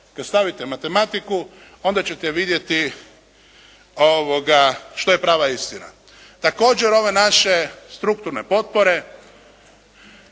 Kad stavite matematiku onda ćete vidjeti što je prava istina? Također ove naše strukturne potpore